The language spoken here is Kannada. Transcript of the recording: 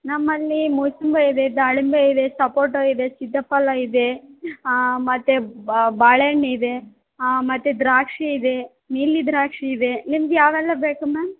ನಮ್ಮಲ್ಲಿ ಮೂಸುಂಬಿ ಇದೆ ದಾಳಿಂಬೆ ಇದೆ ಸಪೋಟೊ ಇದೆ ಸೀತಾಫಲ ಇದೆ ಮತ್ತು ಬಾಳೆಹಣ್ ಇದೆ ಮತ್ತು ದ್ರಾಕ್ಷಿ ಇದೆ ನೀಲಿ ದ್ರಾಕ್ಷಿ ಇದೆ ನಿಮ್ಗೆ ಯಾವೆಲ್ಲ ಬೇಕು ಮ್ಯಾಮ್